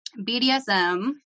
BDSM